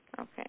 Okay